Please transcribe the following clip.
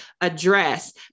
address